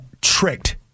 tricked